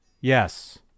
Yes